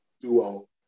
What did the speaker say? duo